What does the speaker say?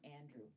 Andrew